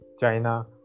China